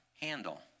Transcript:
handle